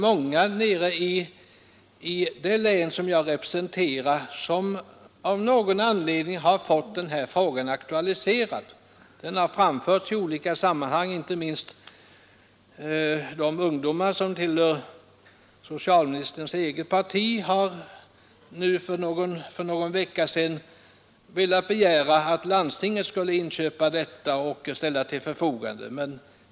I det län som jag representerar är det många som av någon anledning har fått denna fråga aktualiserad. Den har framförts i olika sammanhang, inte minst av ungdomar som tillhör socialministerns eget parti. Från dessa begärdes för någon vecka sedan att landstinget skulle inköpa apparater och ställa till de sjukas förfogande.